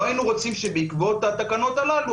לא היינו רוצים שבעקבות התקנות הללו,